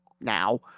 now